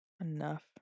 enough